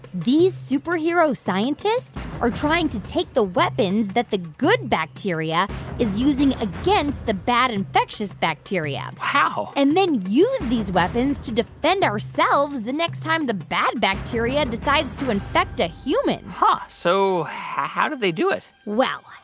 these superhero scientists are trying to take the weapons that the good bacteria is using against the bad, infectious bacteria. wow. and then use these weapons to defend ourselves the next time the bad bacteria decides to infect a human huh. so how do they do it? well,